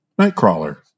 Nightcrawler